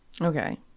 Okay